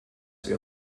wir